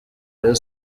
rayon